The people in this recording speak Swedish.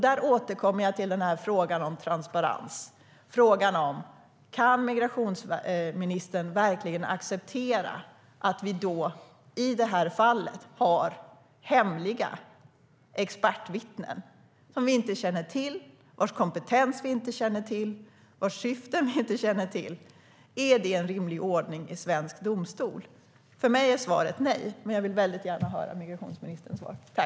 Då återkommer jag till frågan om transparens: Kan migrationsministern verkligen acceptera att man i det här fallet har hemliga expertvittnen där vi inte känner till identiteten, kompetensen och syftet? Är det en rimlig ordning i svensk domstol? För mig är svaret nej, men jag vill väldigt gärna höra migrationsministerns svar på den frågan.